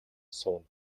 сууна